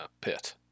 pit